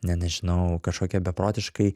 na nežinau kažkokią beprotiškai